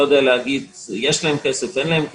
אני לא יודע האם יש להם כסף או לא,